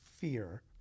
fear